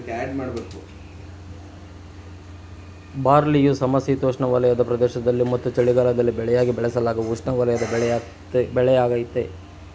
ಬಾರ್ಲಿಯು ಸಮಶೀತೋಷ್ಣವಲಯದ ಪ್ರದೇಶದಲ್ಲಿ ಮತ್ತು ಚಳಿಗಾಲದ ಬೆಳೆಯಾಗಿ ಬೆಳೆಸಲಾಗುವ ಉಷ್ಣವಲಯದ ಬೆಳೆಯಾಗಯ್ತೆ